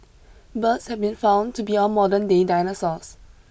birds have been found to be our modernday dinosaurs